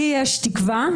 לי יש תקווה.